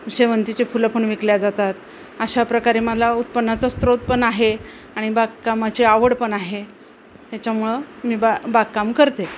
शेवंतीचे फुलं पण विकली जातात अशा प्रकारे मला उत्पन्नाचा स्रोत पण आहे आणि बागकामाची आवड पण आहे ह्याच्यामुळं मी बा बागकाम करते